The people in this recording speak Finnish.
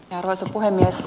arvoisa puhemies